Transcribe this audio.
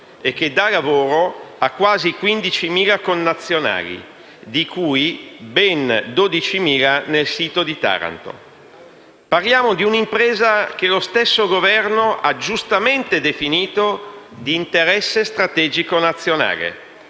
e che dà lavoro a quasi 15.000 connazionali, di cui ben 12.000 nel sito di Taranto. Parliamo di un'impresa che lo stesso Governo ha giustamente definito di «interesse strategico nazionale»,